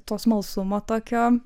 to smalsumo tokio